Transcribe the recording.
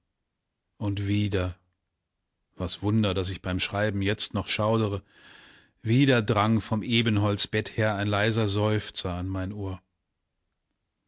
und wieder was wunder daß ich beim schreiben jetzt noch schaudre wieder drang vom ebenholzbett her ein leiser seufzer an mein ohr